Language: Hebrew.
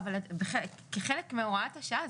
כחלק מהוראת השעה,